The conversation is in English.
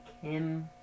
Kim